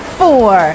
four